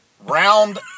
round